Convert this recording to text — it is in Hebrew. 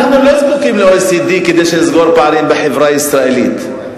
אנחנו לא זקוקים ל-OECD כדי שנסגור פערים בחברה הישראלית,